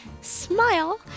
Smile